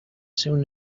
soon